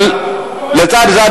לצד זאת,